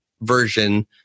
version